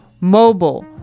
mobile